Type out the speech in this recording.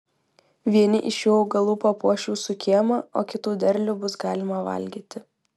vieni iš šių augalų papuoš jūsų kiemą o kitų derlių bus galima valgyti